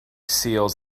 seals